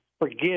forgive